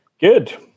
Good